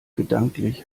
gedanklich